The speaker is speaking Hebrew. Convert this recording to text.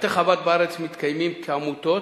בתי-חב"ד בארץ מתקיימים כעמותות,